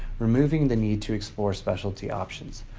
removing the need to explore specialty options.